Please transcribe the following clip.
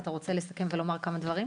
אתה רוצה לסכם ולומר כמה דברים?